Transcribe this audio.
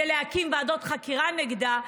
ומשמש להקמת ועדות חקירה נגדה,